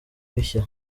bishya